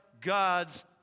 God's